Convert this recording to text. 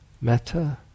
metta